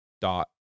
dot